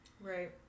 Right